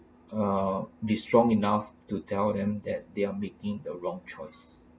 uh be strong enough to tell them that they are making the wrong choice